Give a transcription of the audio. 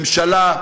ממשלה,